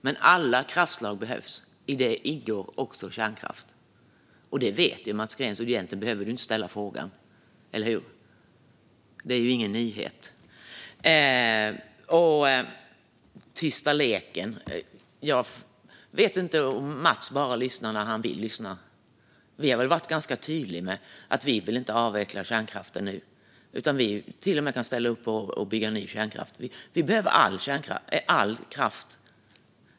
Men alla kraftslag behövs, och i det ingår också kärnkraft. Det vet ju Mats Green, så egentligen behöver han inte ställa frågan - eller hur? Det är ju ingen nyhet. Tysta leken - jag vet inte om Mats Green bara lyssnar när han vill lyssna. Vi har väl varit ganska tydliga med att vi inte vill avveckla kärnkraften nu utan att vi till och med kan ställa upp på att bygga ny kärnkraft. Vi behöver all kraft.